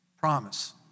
promise